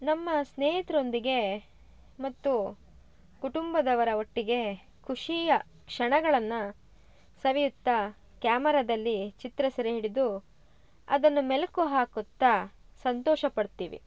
ನಮ್ಮ ಸ್ನೇಹಿತ್ರೊಂದಿಗೆ ಮತ್ತು ಕುಟುಂಬದವರ ಒಟ್ಟಿಗೆ ಖುಷಿಯ ಕ್ಷಣಗಳನ್ನು ಸವಿಯುತ್ತ ಕ್ಯಾಮರದಲ್ಲಿ ಚಿತ್ರ ಸೆರೆ ಹಿಡಿದು ಅದನ್ನು ಮೆಲುಕು ಹಾಕುತ್ತಾ ಸಂತೋಷ ಪಡ್ತೀವಿ